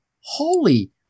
holy